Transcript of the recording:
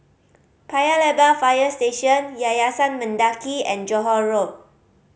Paya Lebar Fire Station Yayasan Mendaki and Johore Road